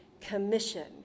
commission